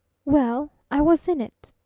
well i was in it!